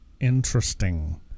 interesting